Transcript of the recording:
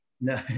No